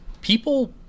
People